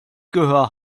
gehör